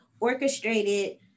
orchestrated